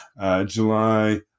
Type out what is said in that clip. July